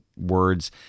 words